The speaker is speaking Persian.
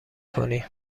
کنی